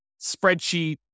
spreadsheet